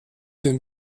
den